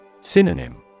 Synonym